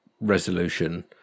resolution